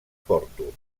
porto